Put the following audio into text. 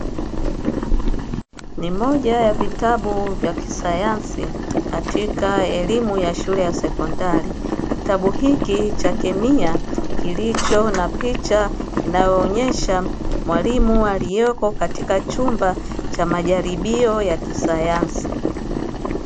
Ni moja ya vitabu vya kisayansi katika elimu ya shule ya sekondari kitabu hiki cha chemia kilicho na picha inayoonyesha mwalimu aliyepo katika chumba cha majaribio ya kisayansi.